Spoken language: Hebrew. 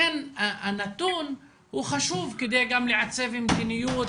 לכן הנתון הוא חשוב כדי גם לעצב מדיניות